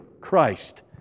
Christ